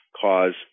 cause